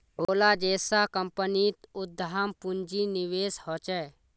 ओला जैसा कम्पनीत उद्दाम पून्जिर निवेश होछे